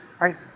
right